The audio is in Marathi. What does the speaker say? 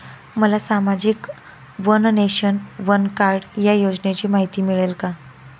मला सामाजिक वन नेशन, वन कार्ड या योजनेची माहिती मिळेल का?